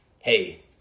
Hey